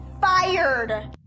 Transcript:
fired